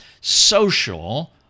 Social